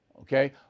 Okay